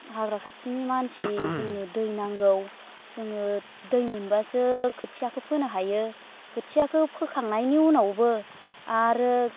हाग्रा खाथिनि मानसि जोंनो दै नांगौ जोङो दै मोनब्लासो खोथियाखो फोनो हायो खोथियाखौ फोखांनायनि उनावबो आरो